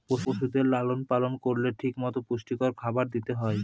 পশুদের লালন পালন করলে ঠিক মতো পুষ্টিকর খাবার দিতে হয়